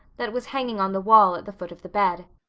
that was hanging on the wall at the foot of the bed.